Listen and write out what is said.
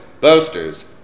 boasters